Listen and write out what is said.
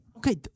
Okay